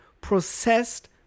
processed